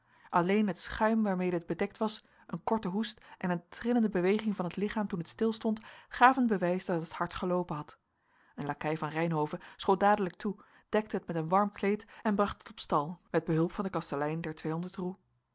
alleen het schuim waarmede het bedekt was een korte hoest en een trillende beweging van het lichaam toen het stilstond gaven bewijs dat het hard geloopen had een lakei van reynhove schoot dadelijk toe dekte het met een warm kleed en bracht het op stal met behulp van den kastelein der tweehonderd